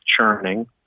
churning